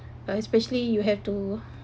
uh especially you have to